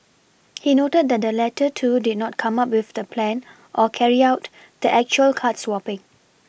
he noted that the latter two did not come up with the plan or carry out the actual card swapPing